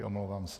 Omlouvám se.